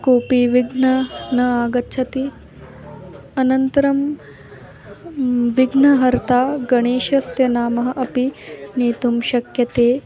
कोपि विघ्नः न आगच्छति अनन्तरं विघ्नहर्ता गणेशस्य नाम अपि नेतुं शक्यते